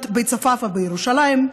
בשכונת בית צפאפא בירושלים,